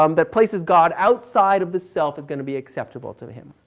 um that places god outside of the self is going to be acceptable to him.